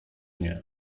nie